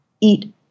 eat